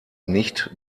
nicht